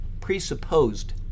presupposed